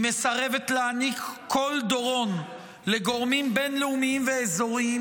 היא מסרבת להעניק כל דורון לגורמים בין-לאומיים ואזוריים